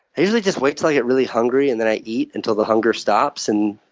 i usually just wait until i get really hungry and then i eat until the hunger stops. and